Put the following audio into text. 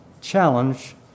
challenge